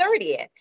30th